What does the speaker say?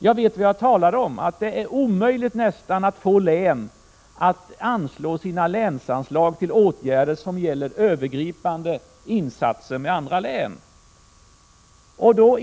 Jag vet vad jag talar om, när jag säger att det är nästan omöjligt att få län att anslå sina länsanslag till åtgärder som gäller övergripande insatser tillsammans med andra län.